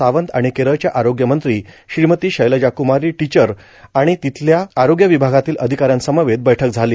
सावंत आणि केरळच्या आरोग्यमंत्री श्रीमती शैलजाकुमारी टिचर आणि तिथल्या आरोग्य विभागातील अधिकाऱ्यांसमवेत बैठक झाली